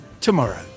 tomorrow